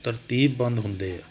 ਤਰਤੀਬ ਬੰਦ ਹੁੰਦੇ ਆ